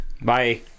Bye